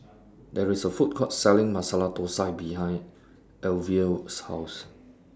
There IS A Food Court Selling Masala Thosai behind Alyvia's House